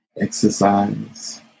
exercise